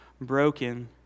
broken